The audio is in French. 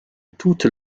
toutes